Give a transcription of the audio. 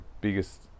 biggest